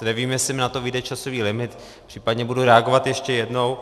Nevím, jestli mi na to vyjde časový limit, případně budu reagovat ještě jednou.